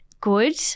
good